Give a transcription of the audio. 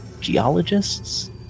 Geologists